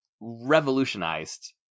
revolutionized